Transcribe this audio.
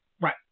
Right